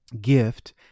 Gift